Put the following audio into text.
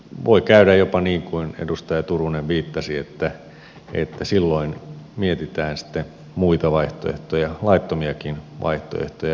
voi käydä jopa niin kuin edustaja turunen viittasi että silloin mietitään sitten muita vaihtoehtoja laittomiakin vaihtoehtoja